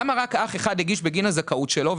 למה רק אח אחד הגיש בגין הזכאות שלו,